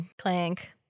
Clank